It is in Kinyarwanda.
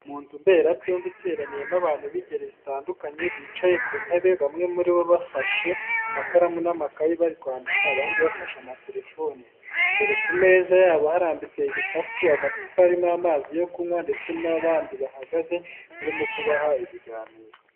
Mu nzu mberabyombi iteraniyemo abantu b'ingeri zitandukanye bicaye ku ntebe bamwe muri bo bafashe amakaramu n'amakayi bari kwandika abandi bafashe amatelefone, imbere ku meza yabo harambitse ibikapu, amacupa arimo amazi yo kunywa ndetse n'abandi bahagaze barimo kubaha ibiganiro.